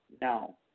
No